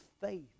faith